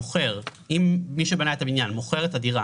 אם מי שבנה את הבניין מוכר את הדירה